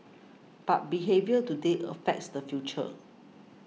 but behaviour today affects the future